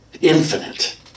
infinite